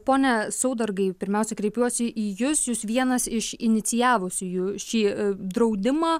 pone saudargai pirmiausia kreipiuosi į jus jūs vienas iš inicijavusiųjų šį draudimą